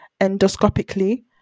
endoscopically